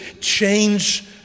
change